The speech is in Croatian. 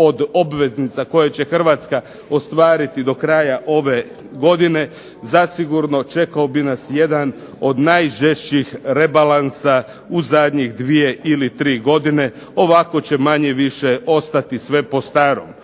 od obveznica koje će Hrvatska ostvariti do kraja ove godine, zasigurno čekao bi nas jedan od najžešćih rebalansa u zadnje dvije ili tri godine, ovako će manje više ostati sve po starom.